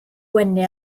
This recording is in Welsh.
wenu